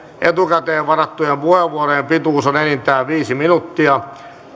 etukäteen varattujen puheenvuorojen pituus on enintään viisi minuuttia